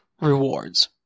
rewards